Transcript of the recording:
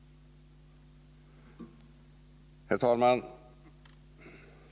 Herr talman!